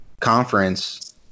conference